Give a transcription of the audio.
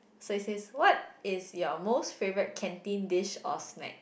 so it says what is your most favourite canteen dish or snack